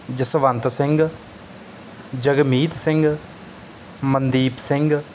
Jaswant Singh Jagmeet Singh Mandeep Singh